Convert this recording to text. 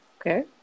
Okay